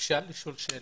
אפשר לשאול שאלה?